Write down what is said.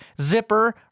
zipper